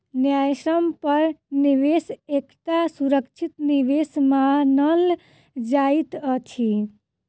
न्यायसम्य पर निवेश एकटा सुरक्षित निवेश मानल जाइत अछि